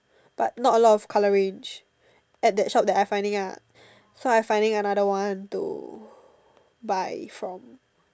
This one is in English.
but not a lot of colour range at that shop that I finding ah so I finding another one to buy from